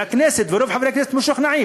והכנסת ורוב חברי הכנסת משוכנעים,